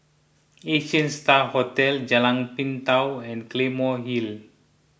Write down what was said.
Asia Star Hotel Jalan Pintau and Claymore Hill